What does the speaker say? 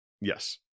Yes